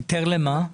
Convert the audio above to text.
היתר למה?